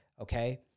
Okay